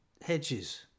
Hedges